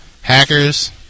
Hackers